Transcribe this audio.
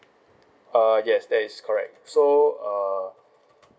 uh yes that is correct so uh